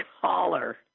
caller